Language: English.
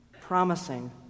Promising